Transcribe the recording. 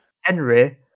Henry